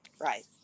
right